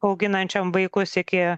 auginančiom vaikus iki